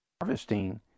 harvesting